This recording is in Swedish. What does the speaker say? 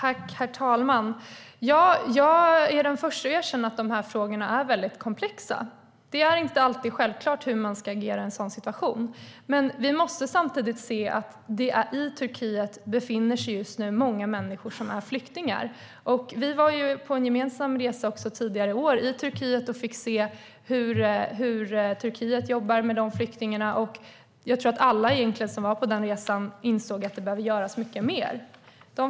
Herr talman! Jag är den första att erkänna att frågorna är komplexa. Det är inte alltid självklart hur man ska agera i en sådan här situation. Men vi måste samtidigt se att det i Turkiet just nu befinner sig många människor som är flyktingar. Vi var på en gemensam resa tidigare år i Turkiet och fick se hur man jobbar med flyktingarna. Jag tror att alla som var med på resan insåg att det behöver göras mycket mer.